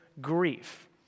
grief